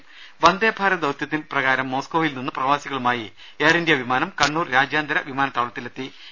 രുമ വന്ദേഭാരത് ഭൌത്യത്തിൽ മോസ്കോവിൽ നിന്ന് പ്രവാസികളുമായി എയർ ഇന്ത്യ വിമാനം കണ്ണൂർ രാജ്യാന്തര വിമാന താവളത്തിലിറങ്ങി